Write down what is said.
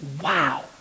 Wow